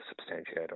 substantiate